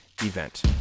event